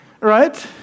right